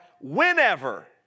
whenever